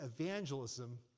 evangelism